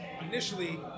initially